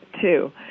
two